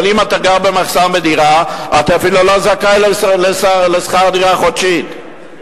אבל אם אתה גר במחסן בדירה אתה אפילו לא זכאי לשכר-דירה חודשי.